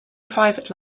private